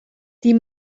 die